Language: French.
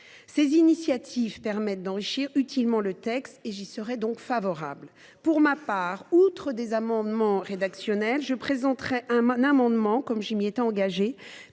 Ces initiatives permettant d’enrichir utilement le texte, j’y serai favorable. Pour ma part, outre des amendements rédactionnels, je déposerai, comme je m’y étais engagée,